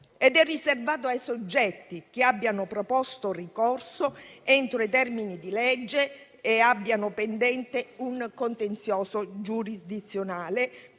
È riservato ai soggetti che abbiano proposto ricorso entro i termini di legge e abbiano pendente un contenzioso giurisdizionale